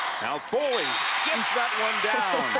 foley gets that one down!